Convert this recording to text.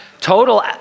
Total